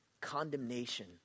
condemnation